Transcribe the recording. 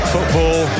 Football